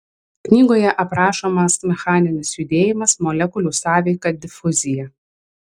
knygoje aprašomas mechaninis judėjimas molekulių sąveika difuzija